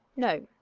no,